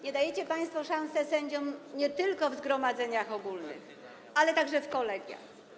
Nie dajecie państwo szansy sędziom nie tylko w zgromadzeniach ogólnych, ale także w kolegiach.